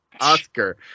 Oscar